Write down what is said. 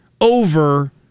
over